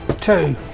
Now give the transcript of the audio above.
Two